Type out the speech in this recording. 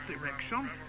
direction